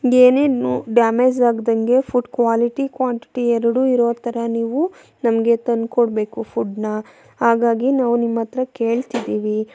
ಏನೇನೊ ಡ್ಯಾಮೇಜ್ ಆಗ್ದಂತೆ food quality quantity ಎರಡು ಇರೋ ಥರ ನೀವು ನಮಗೆ ತಂದು ಕೊಡಬೇಕು ಫುಡ್ನ ಹಾಗಾಗಿ ನಾವು ನಿಮ್ಮ ಹತ್ರ ಕೇಳ್ತಿದ್ದೀವಿ